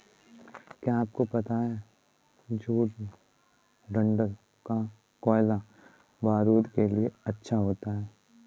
क्या आपको पता है जूट डंठल का कोयला बारूद के लिए अच्छा होता है